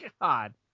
god